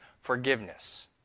forgiveness